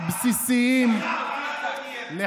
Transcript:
תמשיך לחלום.